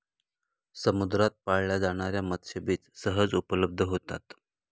समुद्रात पाळल्या जाणार्या मत्स्यबीज सहज उपलब्ध होतात